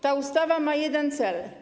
Ta ustawa ma jeden cel.